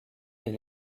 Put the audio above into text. est